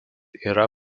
yra